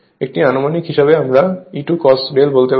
একটি আনুমানিক হিসাবে আমরা E2 cos ∂ বলতে পারি